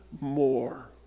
more